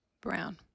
Brown